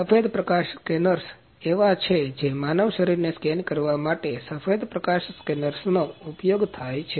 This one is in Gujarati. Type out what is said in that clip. તેથી સફેદ પ્રકાશ સ્કેનર્સ એવા છે જે માનવ શરીરને સ્કેન કરવા માટે સફેદ પ્રકાશ સ્કેનર્સનો ઉપયોગ થાય છે